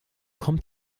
kommt